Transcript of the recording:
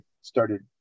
started